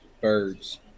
birds